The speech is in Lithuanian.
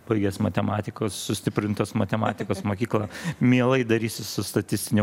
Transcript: baigęs matematikos sustiprintos matematikos mokyklą mielai darysiu su statistiniu